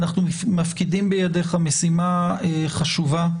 אנחנו מפקידים בידייך משימה חשובה,